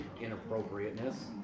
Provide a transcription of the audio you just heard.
inappropriateness